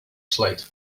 slate